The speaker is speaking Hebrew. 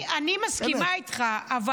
אני מסכימה איתך.